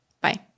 Bye